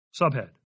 Subhead